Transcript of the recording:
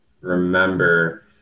remember